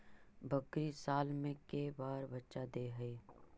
बकरी साल मे के बार बच्चा दे है?